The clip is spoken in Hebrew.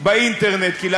זה